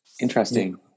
Interesting